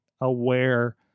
aware